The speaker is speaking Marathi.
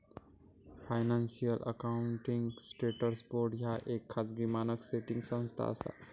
फायनान्शियल अकाउंटिंग स्टँडर्ड्स बोर्ड ह्या येक खाजगी मानक सेटिंग संस्था असा